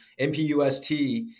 MPUST